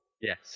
Yes